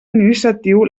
administratiu